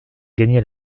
gagner